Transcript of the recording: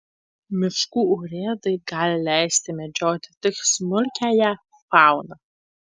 miškų urėdai gali leisti medžioti tik smulkiąją fauną